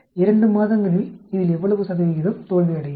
2 மாதங்களில் இதில் எவ்வளவு சதவீதம் தோல்வியடைகிறது